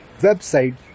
website